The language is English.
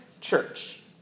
church